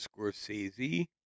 Scorsese